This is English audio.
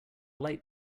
light